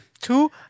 Two